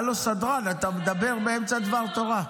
הלו, סדרן, אתה מדבר באמצע דבר תורה.